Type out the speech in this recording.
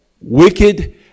wicked